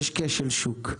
יש כשל שוק.